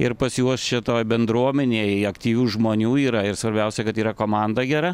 ir pas juos čia toj bendruomenėj aktyvių žmonių yra ir svarbiausia kad yra komanda gera